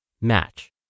Match